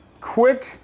quick